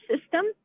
system